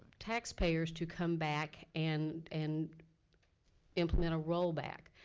taxpayers to come back and and implement a rollback.